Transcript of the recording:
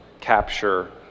capture